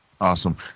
awesome